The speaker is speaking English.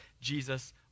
Jesus